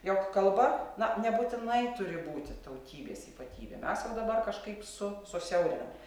jog kalba na nebūtinai turi būti tautybės ypatybė mes jau dabar kažkaip su susiaurinam